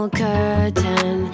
curtain